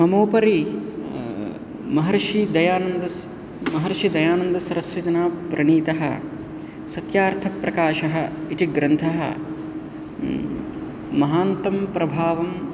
ममोपरि महर्षिदयानन्दस् महर्षिदयानन्दसरस्वतिना प्रणीतः सत्यार्थप्रकाशः इति ग्रन्थः महान्तं प्रभावं